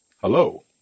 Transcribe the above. Hello